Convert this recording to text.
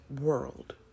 world